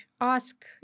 ask